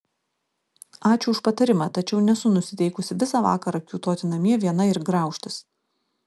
ačiū už patarimą tačiau nesu nusiteikusi visą vakarą kiūtoti namie viena ir graužtis